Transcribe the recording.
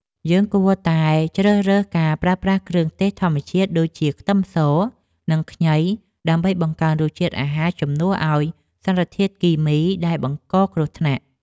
យើងគួរតែជ្រើសរើសការប្រើប្រាស់គ្រឿងទេសធម្មជាតិដូចជាខ្ទឹមស និងខ្ញីដើម្បីបង្កើនរសជាតិអាហារជំនួសឲ្យសារធាតុគីមីដែលបង្កគ្រោះថ្នាក់។